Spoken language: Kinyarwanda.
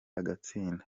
agatsinda